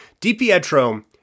DiPietro